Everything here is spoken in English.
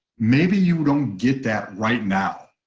maybe you don't get that right now.